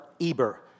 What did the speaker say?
Eber